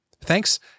Thanks